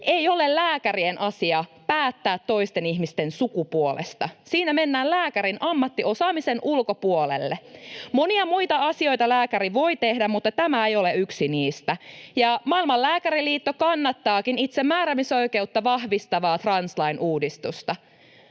ei ole lääkärien asia päättää toisten ihmisten sukupuolesta — siinä mennään lääkärin ammattiosaamisen ulkopuolelle. Monia muita asioita lääkäri voi tehdä, mutta tämä ei ole yksi niistä. Maailman lääkäriliitto kannattaakin itsemääräämisoikeutta vahvistavaa translain uudistusta.